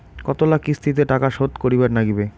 কতোলা কিস্তিতে টাকা শোধ করিবার নাগীবে?